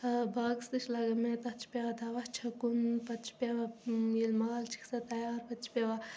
ٲں باغس تہِ چھِ لگان محنت تتھ چھُ پیٚوان دوا چھَکُن پتہٕ چھِ پیٚوان ییٚلہِ مال چھِ گژھان تیار پتہٕ چھِ پیٚوان